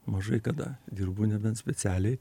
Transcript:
mažai kada dirbu nebent specialiai